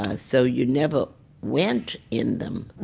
ah so you never went in them.